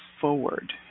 forward